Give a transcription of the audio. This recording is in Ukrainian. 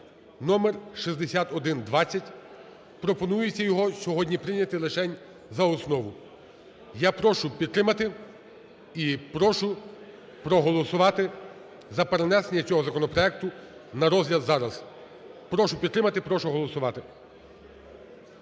(№ 6120), пропонується його сьогодні прийняти лишень за основу. Я прошу підтримати і прошу проголосувати за перенесення цього законопроекту на розгляд зараз. Прошу підтримати, прошу голосувати,